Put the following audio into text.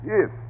Yes